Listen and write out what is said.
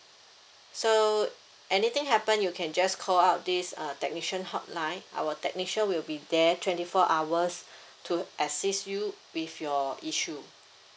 so anything happen you can just call up this uh technician hotline our technician will be there twenty four hours to assist you with your issue